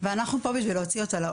ואני חייב לצאת.